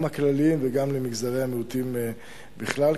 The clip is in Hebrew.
גם הכלליים וגם למגזרי המיעוטים בכלל.